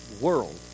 world